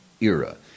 era